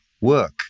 work